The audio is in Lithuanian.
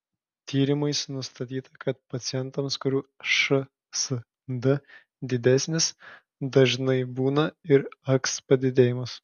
tyrimais nustatyta kad pacientams kurių šsd didesnis dažnai būna ir aks padidėjimas